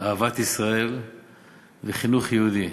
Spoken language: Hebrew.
אהבת ישראל וחינוך יהודי.